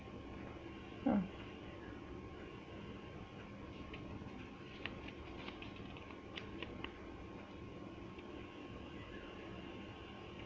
ah